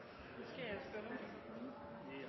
de får vite om de